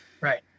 Right